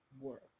work